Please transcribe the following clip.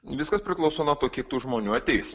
viskas priklauso nuo to kiek tų žmonių ateis